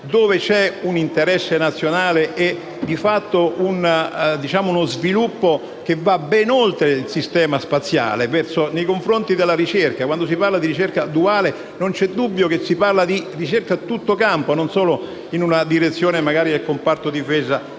dove c'è un interesse nazionale e, di fatto, uno sviluppo che va ben oltre il sistema spaziale e verso la ricerca. Quando si parla di ricerca duale, non c'è dubbio che si parla di ricerca a tutto campo e non solo nella direzione, ad esempio, del comparto difesa o altro.